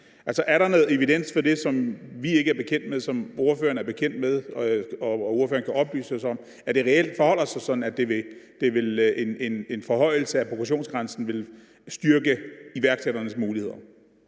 Er der noget evidens for det, som vi ikke er bekendt med, men som ordføreren er bekendt med, og kan ordføreren oplyse os om, at det reelt forholder sig sådan, at en forhøjelse af progressionsgrænsen vil styrke iværksætternes muligheder?